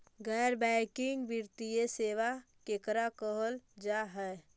गैर बैंकिंग वित्तीय सेबा केकरा कहल जा है?